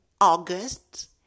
August